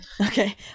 Okay